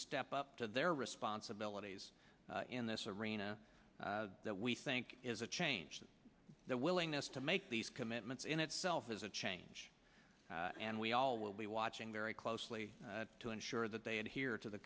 step up to their responsibilities in this arena that we think is a change that their willingness to make these commitments in itself is a change and we all will be watching very closely to ensure that they adhere to the